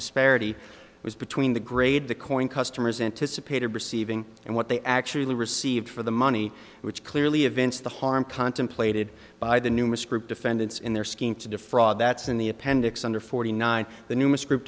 disparity between the grade the coin customers anticipated receiving and what they actually received for the money which clearly events the harm contemplated by the numerous group defendants in their scheme to defraud that's in the appendix under forty nine the newest group